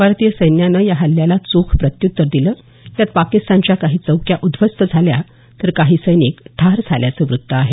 भारतीय सैन्यानं या हल्ल्याला चोख प्रत्युत्तर दिलं यात पाकिस्तानच्या काही चौक्या उध्वस्त झाल्या तर काही सैनिक ठार झाल्याचं वृत्त आहे